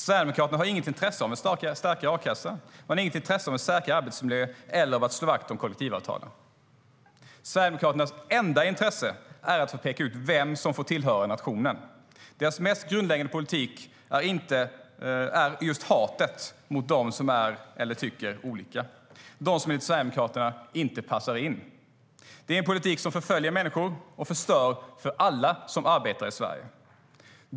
Sverigedemokraterna har inget intresse av en starkare a-kassa. De har inget intresse av en säkrare arbetsmiljö eller av att slå vakt om kollektivavtalen. Sverigedemokraternas enda intresse är att få peka ut vem som får tillhöra nationen. Deras mest grundläggande politik är just hatet mot dem som är eller tycker olika, mot dem som enligt Sverigedemokraterna inte passar in. Det är en politik som förföljer människor och förstör för alla som arbetar i Sverige.